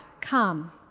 come